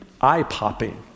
eye-popping